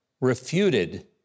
refuted